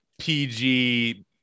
PG